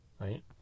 Right